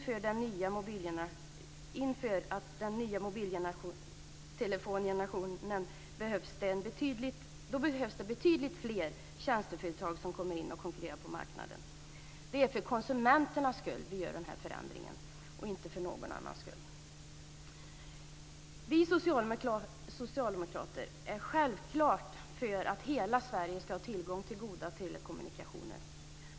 För den nya mobiltelefongenerationen behövs det betydligt fler tjänsteföretag som kommer in och konkurrerar på marknaden. Det är för konsumenternas skull vi gör den här förändringen, inte för någon annans skull. Vi socialdemokrater är självklart för att hela Sverige ska ha tillgång till goda telekommunikationer.